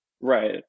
Right